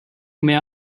mehr